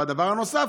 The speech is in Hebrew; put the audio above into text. ודבר נוסף: